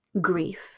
grief